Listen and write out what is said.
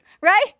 Right